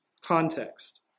context